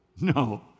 No